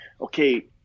okay